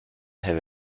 have